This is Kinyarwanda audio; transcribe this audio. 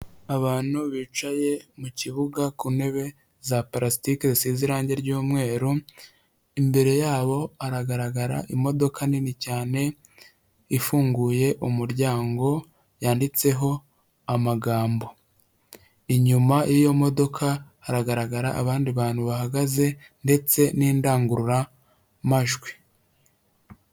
Abantu bicaye mu kibuga ku ntebe za prasitike zisize irangi ry'umweru imbere yabo hagaragara imodoka nini cyane ifunguye umuryango yanditseho amagambo inyuma y'iyo modoka hagaragara abandi bantu bahagaze ndetse n'indangururamajwi.